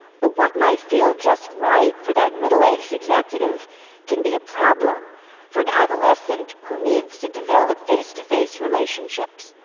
but what might feel just right for that middle-aged executive can be a problem for an adolescent who needs to develop face-to-face relationships.